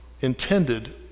intended